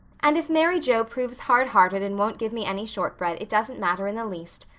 and if mary joe proves hard-hearted and won't give me any shortbread it doesn't matter in the least,